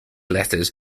letters